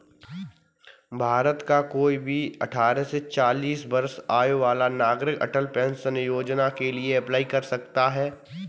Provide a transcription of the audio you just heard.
भारत का कोई भी अठारह से चालीस वर्ष आयु का नागरिक अटल पेंशन योजना के लिए अप्लाई कर सकता है